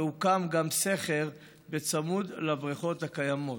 והוקם גם סכר צמוד לבריכות הקיימות.